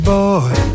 Boy